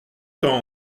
temps